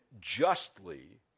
justly